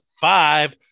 five